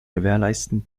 gewährleisten